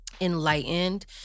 enlightened